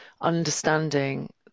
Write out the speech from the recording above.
understanding